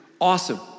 Awesome